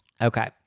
Okay